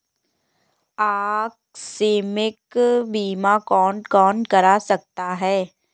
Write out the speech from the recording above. आकस्मिक बीमा कौन कौन करा सकता है?